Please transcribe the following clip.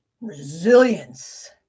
resilience